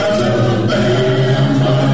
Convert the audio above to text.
Alabama